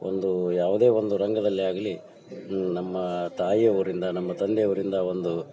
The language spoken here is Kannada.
ಒಂದು ಯಾವುದೇ ಒಂದು ರಂಗದಲ್ಲಿ ಆಗಲಿ ನಮ್ಮ ತಾಯಿಯವರಿಂದ ನಮ್ಮ ತಂದೆಯವರಿಂದ ಒಂದು